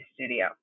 studio